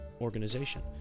organization